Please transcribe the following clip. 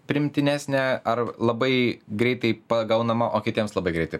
priimtinesnė ar labai greitai pagaunama o kitiems labai greitai